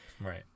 Right